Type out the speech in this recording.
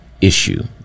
issue